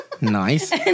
Nice